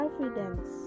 evidence